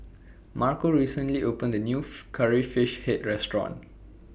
Marco recently opened A New Curry Fish Head Restaurant